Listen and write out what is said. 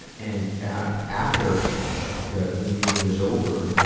and, ah, after the, the meeting was over, ah,